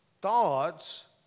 thoughts